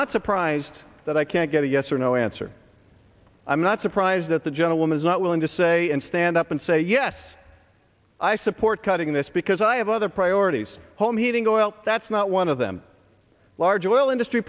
not surprised that i can't get a yes or no answer i'm not surprised that the gentlewoman's not willing to say and stand up and say yes i support cutting this because i have other priorities home heating oil that's not one of them large oil industry